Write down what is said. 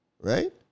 right